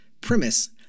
premise